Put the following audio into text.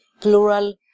plural